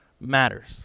matters